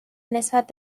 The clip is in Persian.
نسبت